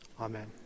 Amen